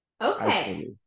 okay